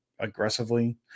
aggressively